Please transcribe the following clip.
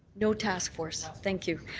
no task force. thank you.